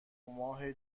ماه